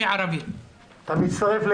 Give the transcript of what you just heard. אתה מצטרף להיבה.